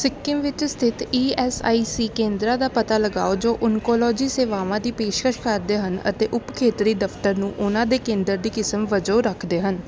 ਸਿੱਕਮ ਵਿੱਚ ਸਥਿਤ E S I C ਕੇਂਦਰਾਂ ਦਾ ਪਤਾ ਲਗਾਓ ਜੋ ਓਨਕੋਲੋਜੀ ਸੇਵਾਵਾਂ ਦੀ ਪੇਸ਼ਕਸ਼ ਕਰਦੇ ਹਨ ਅਤੇ ਉਪ ਖੇਤਰੀ ਦਫ਼ਤਰ ਨੂੰ ਉਹਨਾਂ ਦੇ ਕੇਂਦਰ ਦੀ ਕਿਸਮ ਵਜੋਂ ਰੱਖਦੇ ਹਨ